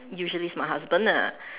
usually it's my husband ah